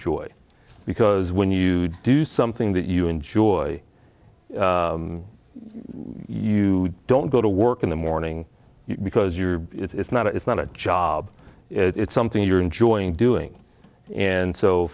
joy because when you do something that you enjoy you don't go to work in the morning because you're it's not it's not a job it's something you're enjoying doing and so